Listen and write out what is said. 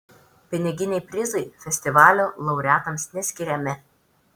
piniginiai prizai festivalio laureatams neskiriami